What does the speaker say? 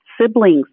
siblings